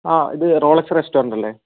ആ ഇത് Rolex restaurant അല്ലേ